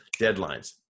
deadlines